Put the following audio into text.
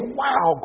wow